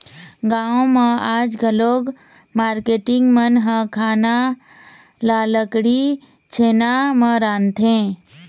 गाँव म आज घलोक मारकेटिंग मन ह खाना ल लकड़ी, छेना म रांधथे